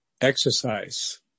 exercise